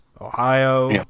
Ohio